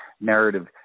narrative